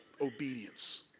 obedience